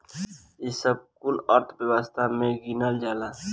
ई सब कुल अर्थव्यवस्था मे गिनल जाला